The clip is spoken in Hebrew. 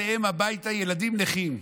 אליהם הביתה, ילדים נכים.